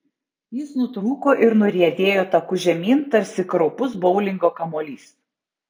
jis nutrūko ir nuriedėjo taku žemyn tarsi kraupus boulingo kamuolys